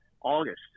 August